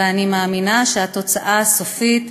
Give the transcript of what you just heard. ואני מאמינה שהתוצאה הסופית,